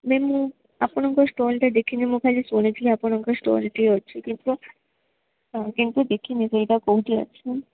ma'am ମୁଁ ଆପଣଙ୍କ ଷ୍ଟଲ୍ଟା ଦେଖିନି ଖାଲି ଶୁଣିଥିଲି ଆପଣଙ୍କ ଷ୍ଟଲ୍ଟିଏ ଅଛି କିନ୍ତୁ ହଁ କିନ୍ତୁ ଦେଖିନି ସେଇଟା କେଉଁଠି ଅଛି